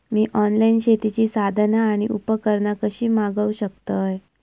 मी online शेतीची साधना आणि उपकरणा कशी मागव शकतय?